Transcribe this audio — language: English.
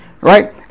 right